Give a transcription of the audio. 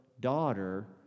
daughter